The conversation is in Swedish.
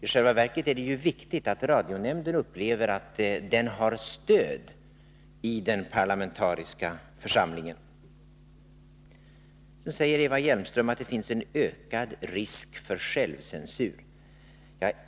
I själva verket är det ju viktigt att radionämnden upplever att den har stöd i den parlamentariska församlingen. Eva Hjelmström sade att det nu finns en ökad risk för självcensur.